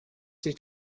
sich